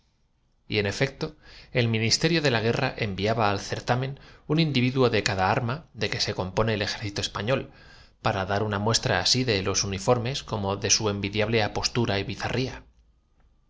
cemejanza y en efecto el ministerio de la guerra enviaba al certamen un individuo de cada arma de que se com pone el ejército español para dar una muestra asi de los uniformes como de su envidiable apostura y